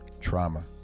trauma